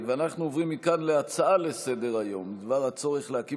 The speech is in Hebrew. אנחנו עוברים מכאן להצעה לסדר-היום בדבר הצורך להקים